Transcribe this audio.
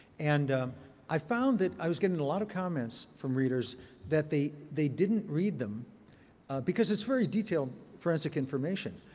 and i found that i was getting a lot of comments from readers that they they didn't read them because it's very detailed forensic information.